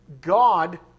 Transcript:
God